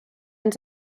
ens